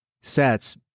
sets